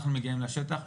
אנחנו מגיעים לשטח,